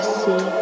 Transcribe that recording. see